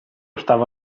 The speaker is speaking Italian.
stava